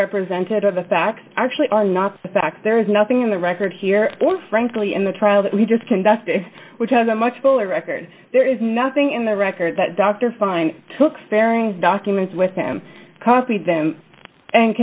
represented on the facts actually are not fact there is nothing in the record here or frankly in the trial that we just conducted which has a much fuller record there is nothing in the record that dr fine took staring documents with him copied them and